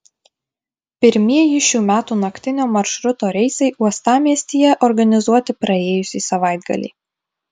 pirmieji šių metų naktinio maršruto reisai uostamiestyje organizuoti praėjusį savaitgalį